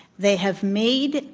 they have made,